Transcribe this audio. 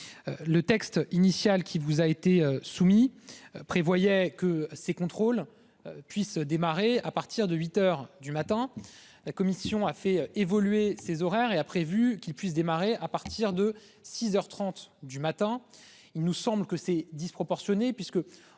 Le texte initial qui vous a été soumis prévoyait que ces contrôles. Puisse démarrer à partir de 8h du matin. La Commission a fait évoluer ses horaires et a prévu qu'il puisse démarrer à partir de 6h 30 du matin, il nous semble que c'est disproportionné